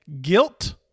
guilt